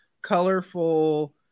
Colorful